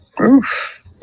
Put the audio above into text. Oof